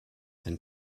wenn